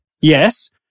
Yes